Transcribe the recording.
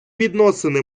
відносини